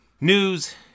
news